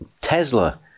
Tesla